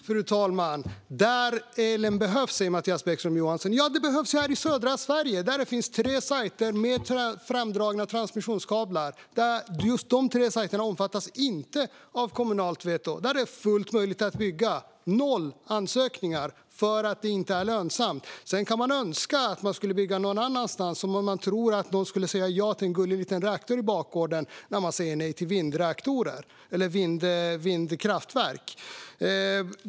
Fru talman! Där elen behövs, säger Mattias Bäckström Johansson. Den behövs ju här i södra Sverige där det finns tre siter med framdragna transmissionskablar. Just de tre siterna omfattas inte av kommunalt veto. Där är det fullt möjligt att bygga, men det finns noll ansökningar, för det är inte lönsamt. Sedan kan man önska att det skulle byggas någon annanstans - som om man tror att någon skulle säga ja till en gullig liten reaktor på bakgården när man säger nej till vindkraftverk.